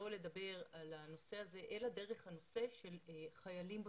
לדבר על הנושא הזה אלא דרך הנושא של חיילים בודדים.